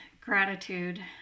gratitude